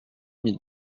mis